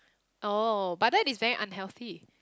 oh but that is very unhealthy